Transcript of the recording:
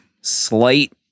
Slight